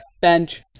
bench